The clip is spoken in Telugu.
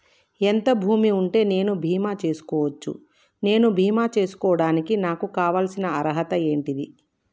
ఎంత భూమి ఉంటే నేను బీమా చేసుకోవచ్చు? నేను బీమా చేసుకోవడానికి నాకు కావాల్సిన అర్హత ఏంటిది?